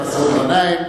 מסעוד גנאים,